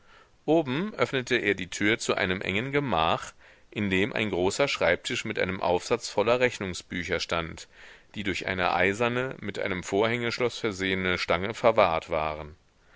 oben öffnete er die tür zu einem engen gemach in dem ein großer schreibtisch mit einem aufsatz voller rechnungsbücher stand die durch eine eiserne mit einem vorhängeschloß versehene stange verwahrt waren